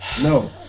No